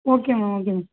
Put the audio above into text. okay ma'am okay ma'am